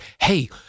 hey